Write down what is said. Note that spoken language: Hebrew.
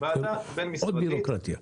ועדה בין-משרדית.